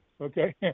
okay